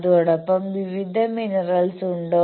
അതോടൊപ്പം വിവിധ മിനറൽസ് ഉണ്ടോ